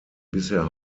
bisher